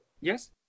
yes